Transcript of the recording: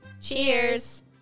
Cheers